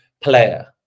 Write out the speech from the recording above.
player